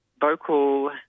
vocal